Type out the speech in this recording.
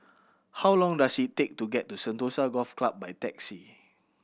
how long does it take to get to Sentosa Golf Club by taxi